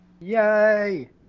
Yay